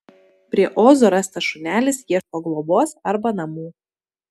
prie ozo rastas šunelis ieško globos arba namų